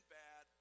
bad